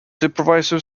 supervisor